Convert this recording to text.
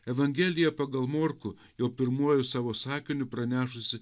evangelija pagal morkų jau pirmuoju savo sakiniu pranešusi